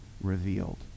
revealed